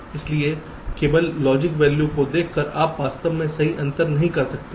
इसलिए केवल logic value को देखकर आप वास्तव में सही अंतर नहीं कर सकते हैं